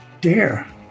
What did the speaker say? Dare